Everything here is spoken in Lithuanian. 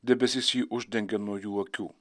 debesys jį uždengė nuo jų akių